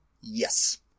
Yes